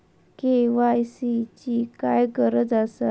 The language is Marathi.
के.वाय.सी ची काय गरज आसा?